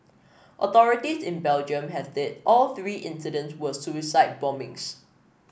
authorities in Belgium have said all three incidents were suicide bombings